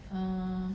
uh